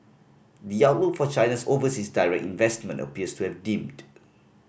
the outlook for China's overseas direct investment appears to have dimmed